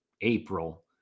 April